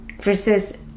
versus